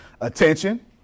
Attention